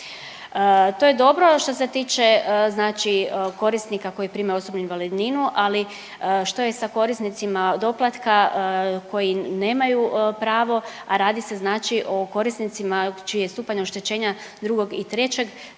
To je dobro što se tiče znači korisnika koji primaju osobnu invalidninu, ali što je sa korisnicima doplatka koji nemaju pravo, a radi se znači o korisnicima čiji je stupanj oštećenja drugog i trećeg